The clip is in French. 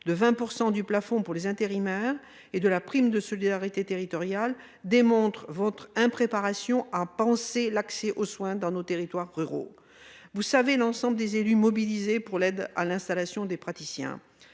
de 20 % du plafond pour les intérimaires et à la prime de solidarité territoriale (PST) démontre votre impréparation lorsqu'il s'agit de penser l'accès aux soins dans nos territoires ruraux. Vous savez l'ensemble des élus locaux mobilisés pour l'aide à l'installation de praticiens.